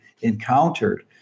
encountered